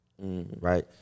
right